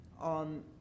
on